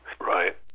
right